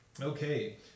Okay